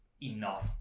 enough